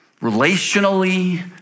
relationally